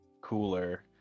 cooler